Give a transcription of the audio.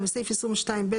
בסעיף 22(ב),